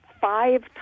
five